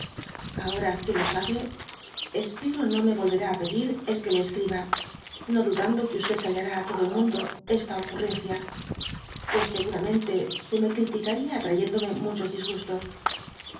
ahora qu lo sabe espero no me volverá á pedir el que le escriba no dudando que callará á todo el mundo esta ocurrencia pues seguramente se me criticaría atrayéndome muchos disgustos